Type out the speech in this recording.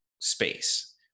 space